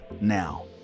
now